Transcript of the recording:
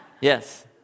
Yes